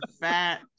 fat